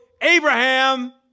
Abraham